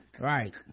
Right